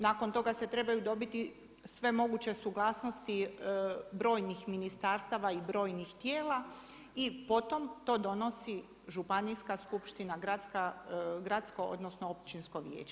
Nakon toga se trebaju dobiti sve moguće suglasnosti brojnih ministarstava i brojnih tijela i po tom to donosi županijska skupština, gradsko odnosno općinsko vijeće.